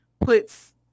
puts